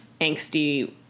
angsty